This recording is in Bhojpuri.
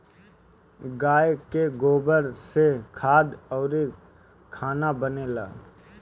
गाइ के गोबर से खाद अउरी खाना बनेला